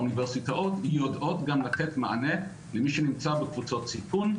והאוניברסיטאות יודעות גם לתת מענה למי שנמצא בקבוצות סיכון.